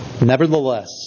Nevertheless